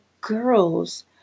girl's